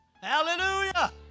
Hallelujah